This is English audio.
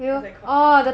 what's that called